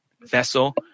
vessel